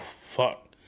fuck